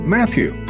Matthew